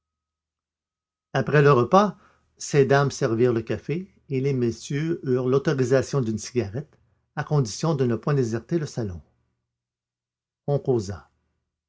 après le repas ces dames servirent le café et les messieurs eurent l'autorisation d'une cigarette à condition de ne point déserter le salon